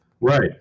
Right